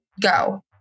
go